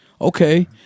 Okay